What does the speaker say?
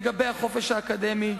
אדוני היושב-ראש,